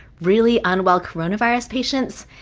really unwell coronavirus patients,